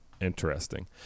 Interesting